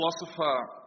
philosopher